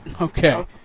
Okay